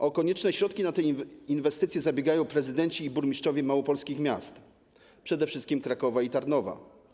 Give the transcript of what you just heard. O konieczne środki na te inwestycje zabiegają prezydenci i burmistrzowie małopolskich miast, przede wszystkim Krakowa i Tarnowa.